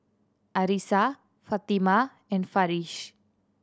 Arissa Fatimah and Farish